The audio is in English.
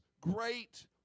great